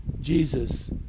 Jesus